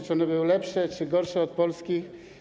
Czy one były lepsze, czy gorsze od polskich.